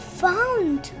found